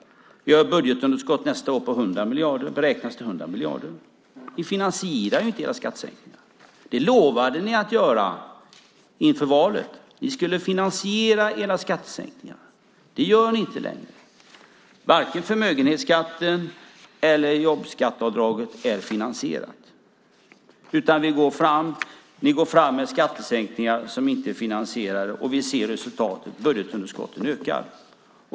Vi har ett budgetunderskott som nästa år beräknas uppgå till 100 miljarder. Ni finansierar inte era skattesänkningar, Anders Borg. Inför valet lovade ni att göra det. Ni skulle finansiera era skattesänkningar. Det gör ni inte längre. Varken förmögenhetsskatten eller jobbskatteavdraget har finansierats. Ni går fram med skattesänkningar som inte är finansierade. Vi ser resultatet. Budgetunderskottet ökar.